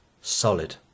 solid